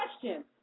question